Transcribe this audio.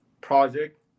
project